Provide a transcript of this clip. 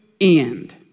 end